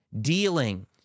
Dealing